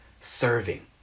serving